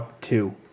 two